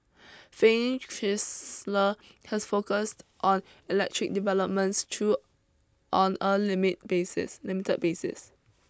Fiat Chrysler has focused on electric developments though on a limit basis limited basis